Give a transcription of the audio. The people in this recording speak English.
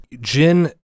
Jin